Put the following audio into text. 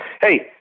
hey